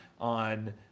on